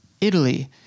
Italy